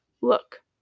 Look